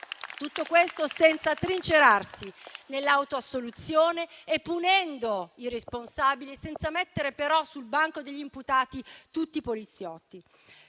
Tutto questo senza trincerarsi nell'autoassoluzione e punendo i responsabili, senza mettere però sul banco degli imputati tutti i poliziotti.